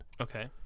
okay